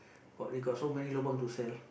got we got so many lobang to sell